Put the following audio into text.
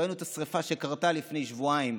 ראינו את השרפה שקרתה לפני שבועיים,